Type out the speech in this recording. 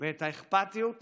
ואת האכפתיות לאחר.